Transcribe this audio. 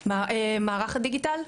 הדיגיטל?